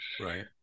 Right